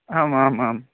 आम् आम् आम्